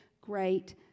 great